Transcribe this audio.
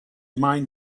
mind